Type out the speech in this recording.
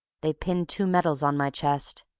they pinned two medals on my chest,